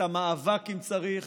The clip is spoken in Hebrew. את המאבק אם צריך,